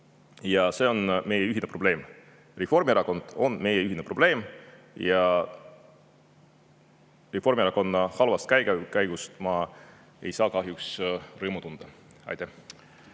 see on meie ühine probleem. Reformierakond on meie ühine probleem ja Reformierakonna halva käekäigu üle ma ei saa kahjuks rõõmu tunda. Kahju